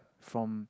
from